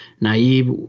naive